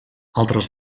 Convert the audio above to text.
altres